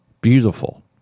beautiful